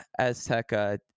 azteca